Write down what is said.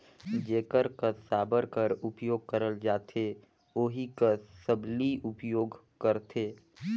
जेकर कस साबर कर उपियोग करल जाथे ओही कस सबली उपियोग करथे